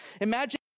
Imagine